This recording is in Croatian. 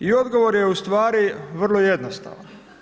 I odgovor je ustvari vrlo jednostavan.